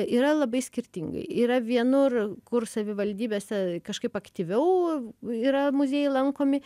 yra labai skirtingai yra vienur kur savivaldybėse kažkaip aktyviau yra muziejai lankomi